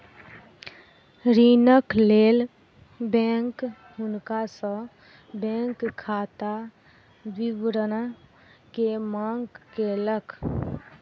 ऋणक लेल बैंक हुनका सॅ बैंक खाता विवरण के मांग केलक